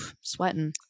Sweating